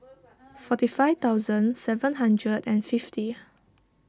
forty five thousand seven hundred and fifty